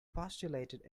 postulated